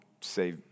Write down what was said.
say